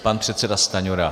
Pan předseda Stanjura.